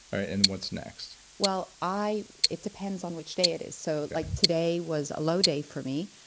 and what's next? well i, it depends on which day it is. so like today was a low day for me,